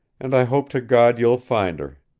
and i hope to god you'll find her.